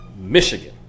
Michigan